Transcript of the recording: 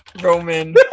roman